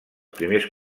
primers